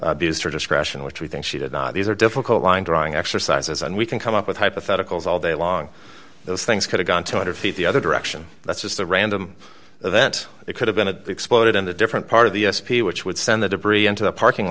she used her discretion which we think she did not these are difficult line drawing exercises and we can come up with hypotheticals all day long those things could have gone two hundred feet the other direction that's just a random event it could have been it exploded in a different part of the s p which would send the debris into the parking